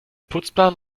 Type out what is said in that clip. putzplan